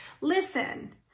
listen